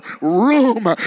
room